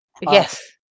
Yes